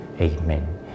Amen